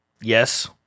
Yes